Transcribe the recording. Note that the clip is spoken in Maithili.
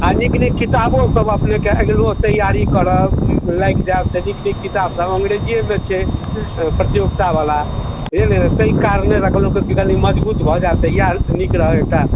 आ नीक नीक किताबोसभ अपनेके अगिलो तैआरी करब लागि जायब तऽ नीक नीक किताबसभ अंग्रेजिएमे छै प्रतियोगितावला बुझलियै ने ताहि कारणे रखलहुँ कि मजबूत भऽ जायत इएह नीक रहत एकटा